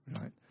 right